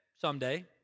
someday